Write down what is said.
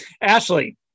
Ashley